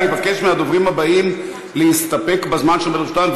אבל אני באמת אבקש מהדוברים הבאים להסתפק בזמן שלרשותם.